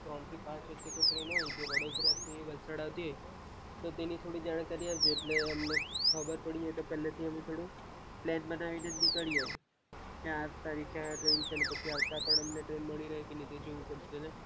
ત્રણથી પાંચ વચ્ચે કોઈ ટ્રેન હોય જે વડોદરાથી વલસાડ આવતી હોય તો તેની થોડી જાણકારી આપજો એટલે અમને ખબર પડે તો પહેલેથી અમે થોડું પ્લેન બનાવીને નીકળીએ કે આ તારીખે આ ટ્રેન છે ને પછી આવતા પણ અમને ટ્રેન મળી રહે કે નહીં તે જોવું પડશે ને